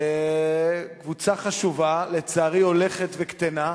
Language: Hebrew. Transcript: קבוצה חשובה, שלצערי הולכת וקטנה,